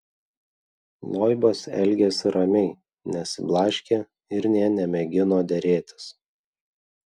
loibas elgėsi ramiai nesiblaškė ir nė nemėgino derėtis